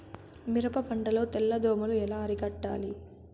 మిరప పంట లో తెల్ల దోమలు ఎలా అరికట్టాలి?